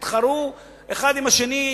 תתחרו אחד בשני,